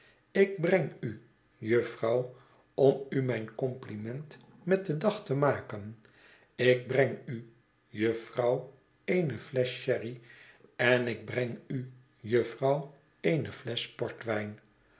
ik breng u jufvrouw om u mijn compliment met den dag te maken ik breng u jufvrouw eene flesch sherry en ik breng u jufvrouw eene flesch